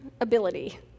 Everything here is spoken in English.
ability